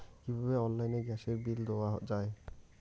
কিভাবে অনলাইনে গ্যাসের বিল দেওয়া যায়?